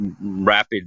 rapid